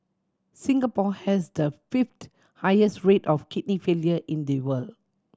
Singapore has the fifth highest rate of kidney failure in the world